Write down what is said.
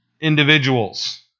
individuals